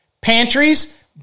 pantries